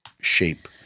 shape